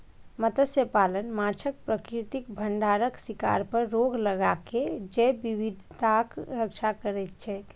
मत्स्यपालन माछक प्राकृतिक भंडारक शिकार पर रोक लगाके जैव विविधताक रक्षा करै छै